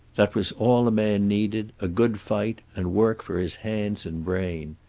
that was all a man needed, a good fight, and work for his hands and brain.